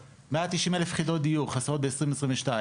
190,000 יחידות דיור חסרות ב-2022.